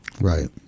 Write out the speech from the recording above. right